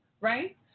right